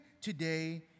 today